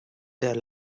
there